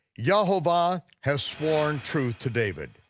yehovah has sworn truth to david.